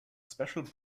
special